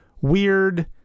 weird